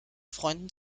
freunden